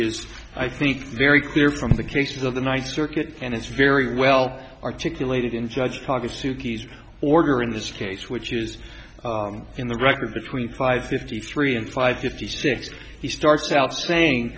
is i think very clear from the cases of the night circuit and it's very well articulated in judge parker's two keys order in this case which is in the record between five fifty three and five fifty six he starts out saying